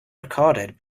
recorded